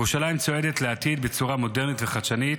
ירושלים צועדת לעתיד בצורה מודרנית וחדשנית,